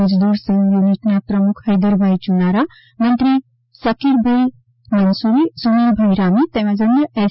મજદ્દર સંઘ યુનિટના પ્રમુખ હૈદરભાઇ ચુનારા મંત્રી સફિરભાઇ મનસૂરી સુનિલભાઇ રામી તેમજ અન્ય એસ